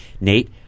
Nate